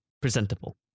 presentable